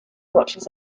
watches